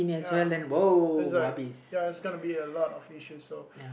ya then is like ya is gonna be a lot of issues so